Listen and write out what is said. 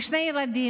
ושני ילדים,